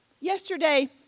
yesterday